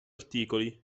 articoli